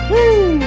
Woo